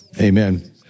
amen